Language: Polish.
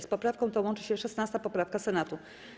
Z poprawką tą łączy się 16. poprawka Senatu.